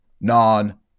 non